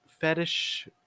fetish